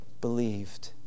believed